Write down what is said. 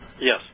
Yes